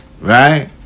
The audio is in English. right